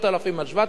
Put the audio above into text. על 7,000,